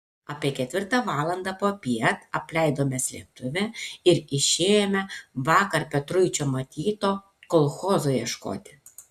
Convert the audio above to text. apie ketvirtą valandą popiet apleidome slėptuvę ir išėjome vakar petruičio matyto kolchozo ieškoti